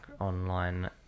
online